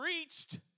reached